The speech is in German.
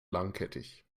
langkettig